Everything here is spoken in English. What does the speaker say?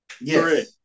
Yes